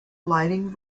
lighting